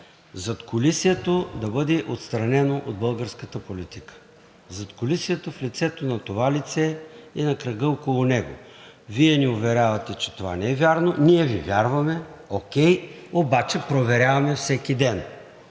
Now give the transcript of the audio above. задкулисието да бъде отстранено от българската политика, задкулисието в лицето на това лице и на кръга около него. Вие ни уверявате, че това не е вярно, ние Ви вярваме, окей, обаче проверяваме всеки ден